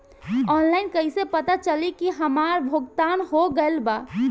Online कईसे पता चली की हमार भुगतान हो गईल बा?